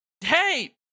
Hey